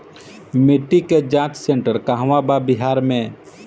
मिटी के जाच सेन्टर कहवा बा बिहार में?